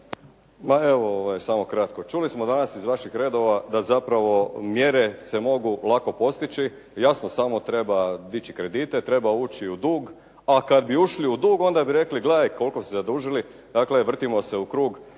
(HDZ)** Samo kratko. Čuli smo danas iz vaših redova da zapravo mjere se mogu lako postići, jasno samo treba dići kredite, treba ući u dug a kad bi ušli u dug onda bi rekli gledaj koliko su se zadužili. Dakle, vrtimo se u krug